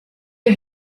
der